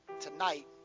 tonight